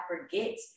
forget